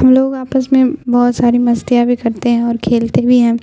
ہم لوگ آپس میں بہت ساری مستیاں بھی کرتے ہیں اور کھیلتے بھی ہیں